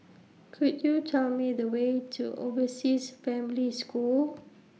Could YOU Tell Me The Way to Overseas Family School